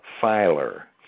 filer